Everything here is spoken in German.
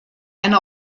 eine